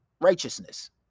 righteousness